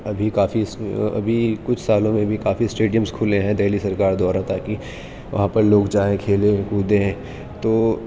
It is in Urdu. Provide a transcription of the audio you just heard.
ابھی کافی ابھی کچھ سالوں میں بھی کافی اسٹیڈیمس کھلے ہیں دلی سرکار دوارا تاکہ وہاں پر لوگ جائیں کھیلیں کودیں تو